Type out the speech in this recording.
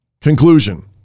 Conclusion